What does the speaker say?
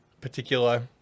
particular